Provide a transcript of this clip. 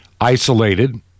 isolated